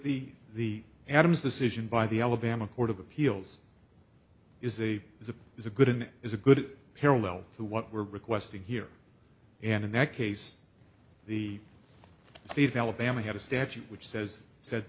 the the adams decision by the alabama court of appeals is a is a is a good in is a good parallel to what we're requesting here and in that case the state of alabama had a statute which says sa